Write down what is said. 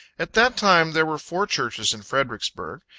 at that time, there were four churches in fredericksburg.